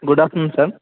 good afternoon sir